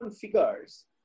figures